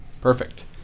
Perfect